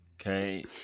Okay